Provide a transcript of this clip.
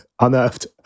unearthed